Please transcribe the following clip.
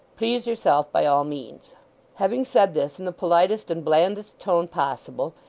please yourself by all means having said this in the politest and blandest tone possible,